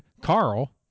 Carl